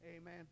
Amen